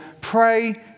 pray